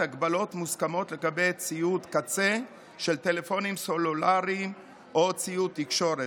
הגבלות מוסכמות לגבי ציוד קצה של טלפונים סלולריים או ציוד תקשורת.